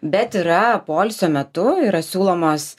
bet yra poilsio metu yra siūlomos